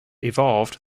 evolved